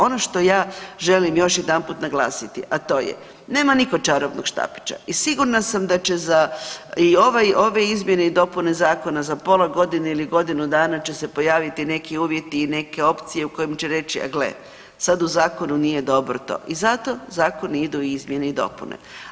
Ono šta ja želim još jedanput naglasiti, a to je nema nitko čarobnog štapića i sigurna sam da će i za i ove izmjene i dopune zakona za pola godine ili godinu dana će se pojaviti neki uvjeti i neke opcije u kojim će reći e gle, sad u zakonu nije dobro to i zato zakoni idu u izmjene i dopune.